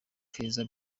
keza